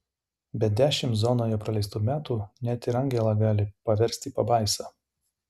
bet dešimt zonoje praleistų metų net ir angelą gali paversti pabaisa